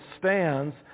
stands